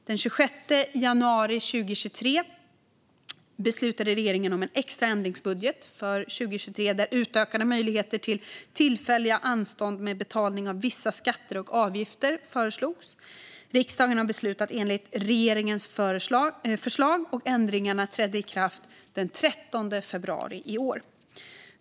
Den 26 januari 2023 beslutade regeringen om en extra ändringsbudget för 2023 där utökade möjligheter till tillfälliga anstånd med betalning av vissa skatter och avgifter föreslogs. Riksdagen har beslutat enligt regeringens förslag, och ändringarna trädde i kraft den 13 februari i år.